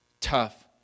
tough